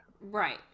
Right